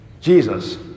Jesus